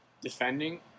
defending –